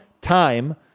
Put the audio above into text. time